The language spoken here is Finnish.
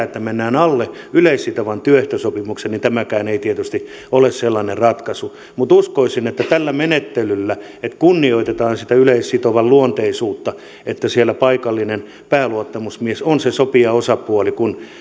että mennään alle yleissitovan työehtosopimuksen niin tämäkään ei tietysti ole sellainen ratkaisu mutta uskoisin että tällä menettelyllä että kunnioitetaan sitä yleissitovan luonteisuutta että siellä paikallinen pääluottamusmies on se sopijaosapuoli kun